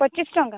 ପଚିଶ ଟଙ୍କା